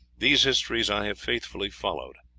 these histories i have faithfully followed.